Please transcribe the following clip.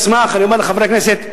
אני אומר לחברי הכנסת,